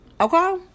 Okay